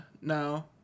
no